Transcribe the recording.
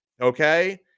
Okay